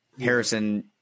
Harrison